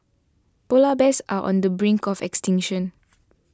Polar Bears are on the brink of extinction